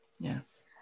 Yes